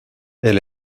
elle